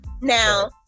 Now